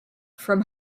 from